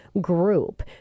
group